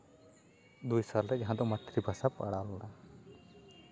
ᱫᱩᱭ ᱥᱟᱞᱨᱮ ᱡᱟᱦᱟᱸ ᱫᱚ ᱢᱟᱛᱨᱤᱵᱷᱟᱥᱟ ᱯᱟᱲᱟᱣ ᱞᱮᱱᱟ